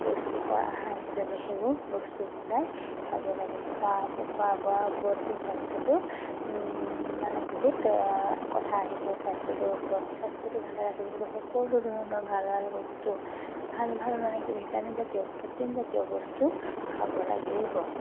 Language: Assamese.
পুষ্টিকৰ আহাৰ হিচাপে সেইবোৰ বস্তু সদায় খাব লাগে খোৱা খোৱা বোৱাৰ ওপৰতে স্বাস্থ্যটো মানে বহুত কথা আহি পৰে স্বাস্থ্যটোৰ ওপৰত স্বাস্থ্যটো ভালে ৰাখিবলৈ হ'লে সকলো ধৰণৰ ভাল ভাল বস্তু ভাল ভাল মানে কি ভিটামিনজাতীয় প্ৰ'টিনজাতীয় বস্তু খাব লাগিব